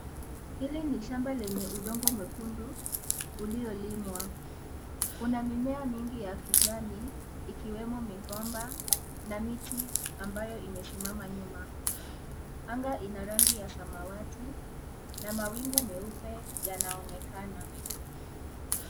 Hili ni shamba lenye udongo mwekundu uliolimwa. Kuna mimea mingi ya kijani ikiwemo migomba na miti ambayo imesimama nyuma. Anga ina rangi ya samawati na mawingu meupe yanaonekana